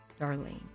Darlene